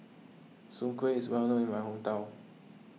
Soon Kway is well known in my hometown